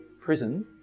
prison